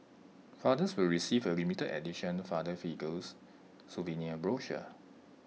fathers will receive A limited edition father figures souvenir brochure